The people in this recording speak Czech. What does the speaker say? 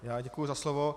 Já děkuji za slovo.